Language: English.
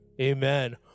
Amen